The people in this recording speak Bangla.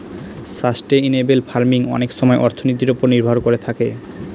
সাস্টেইনেবেল ফার্মিং অনেক সময় অর্থনীতির ওপর নির্ভর করে থাকে